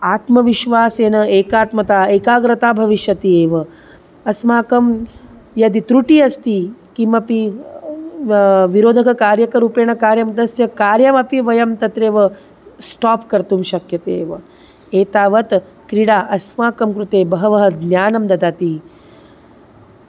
आत्मविश्वासेन एकात्मता एकाग्रता भविष्यति एव अस्माकं यदि त्रुटिः अस्ति किमपि विरोधककार्यकरूपेण कार्यं तस्य कार्यमपि वयं तत्रैव स्टोप् कर्तुं शक्यते एव एतावत् क्रीडा अस्माकं कृते बहवः ज्ञानं ददाति